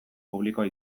publikoa